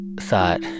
thought